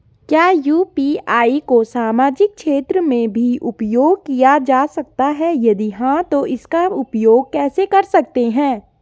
क्या यु.पी.आई को सामाजिक क्षेत्र में भी उपयोग किया जा सकता है यदि हाँ तो इसका उपयोग कैसे कर सकते हैं?